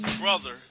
brother